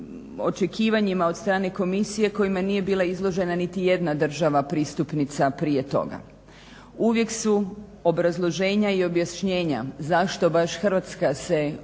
očekivanjima od strane komisije kojima nije bila izložena nitijedna država pristupnica prije toga. Uvijek su obrazloženja i objašnjenja zašto baš Hrvatska se u